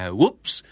whoops